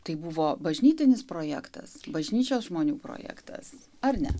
tai buvo bažnytinis projektas bažnyčios žmonių projektas ar ne